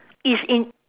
it's in